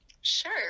Sure